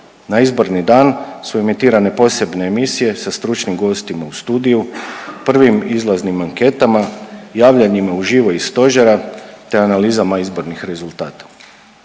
Na izborni dan su emitirane posebne emisije sa stručnim gostima u studiju, prvim izlaznim anketama, javljanjima uživo i iz stožera te analizama izbornih rezultata.